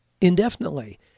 indefinitely